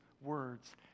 words